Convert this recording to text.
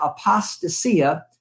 apostasia